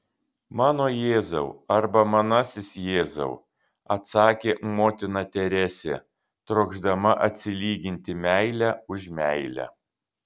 mano jėzau arba manasis jėzau atsakė motina teresė trokšdama atsilyginti meile už meilę